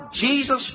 Jesus